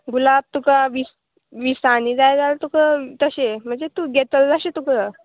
गुलाब तुका वीस विसांनी जाय जाल्या तुका तशें म्हणजे तूं घेतल जशें तुका